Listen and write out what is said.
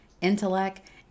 intellect